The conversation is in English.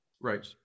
right